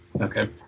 Okay